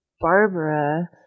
Barbara